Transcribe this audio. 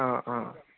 औ औ